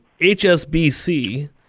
HSBC